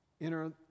Enter